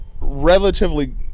relatively